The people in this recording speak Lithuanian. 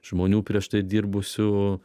žmonių prieš tai dirbusių